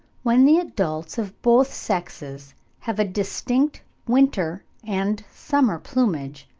when the adults of both sexes have a distinct winter and summer plumage,